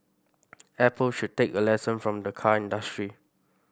Apple should take a lesson from the car industry